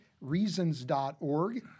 reasons.org